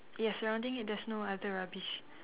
ya surrounding it there's no other rubbish